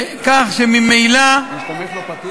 כך שממילא, אם אתה תעביר את זה,